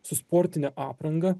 su sportine apranga